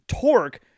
torque